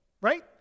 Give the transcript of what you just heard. right